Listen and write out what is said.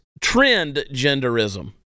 trend-genderism